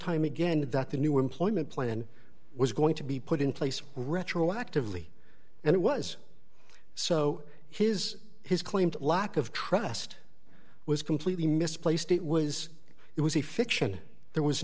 time again that the new employment plan was going to be put in place retroactively and it was so his his claim to lack of trust was completely misplaced it was it was a fiction there was